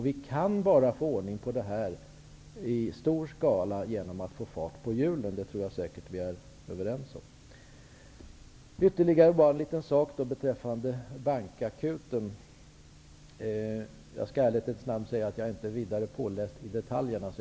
Vi kan bara få ordning på detta i stor skala genom att få fart på hjulen. Det tror jag säkert att vi är överens om. Jag vill ta upp ytterligare en liten sak beträffande bankakuten. Jag skall i ärlighetens namn säga att jag inte läst på något vidare när det gäller detaljerna.